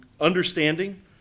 understanding